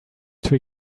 too